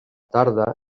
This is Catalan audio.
tarda